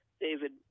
David